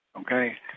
Okay